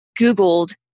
Googled